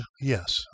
yes